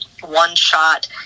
one-shot